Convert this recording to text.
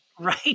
Right